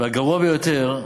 והגרוע ביותר,